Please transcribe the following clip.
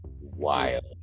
wild